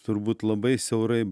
turbūt labai siaurai